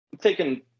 taking